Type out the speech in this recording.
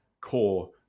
core